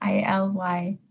I-L-Y